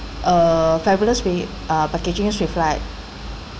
uh fabulous be uh packaging with like